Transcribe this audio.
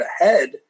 ahead